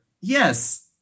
yes